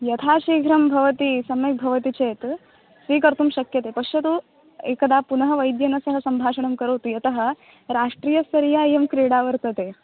यथाशीघ्रं भवती सम्यग्भवति चेत् स्वीकर्तुं शक्यते पश्यतु एकदा पुनः वैद्येन सह सम्भाषणं करोतु यतः राष्ट्रीयस्तरीया इयं क्रीडा वर्तते